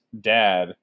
dad